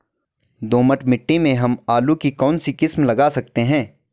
दोमट मिट्टी में हम आलू की कौन सी किस्म लगा सकते हैं?